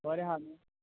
बोरें आहा न्हू